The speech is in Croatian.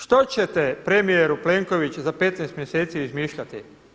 Što ćete premijeru Plenković za 15 mjeseci izmišljati?